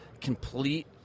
complete